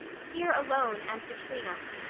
here alone, and between us,